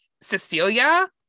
Cecilia